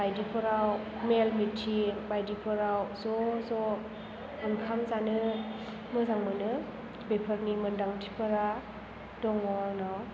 बायदिफोराव मेल मिटिं बायदिफोराव ज' ज' ओंखाम जानो मोजां मोनो बेफोरनि मोनदांथिफोरा दङ आंनाव